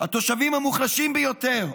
התושבים המוחלשים ביותר,